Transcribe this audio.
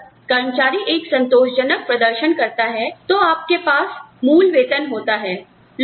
जब तक कर्मचारी एक संतोषजनक प्रदर्शन करता है तो आपके पास मूल वेतन होता है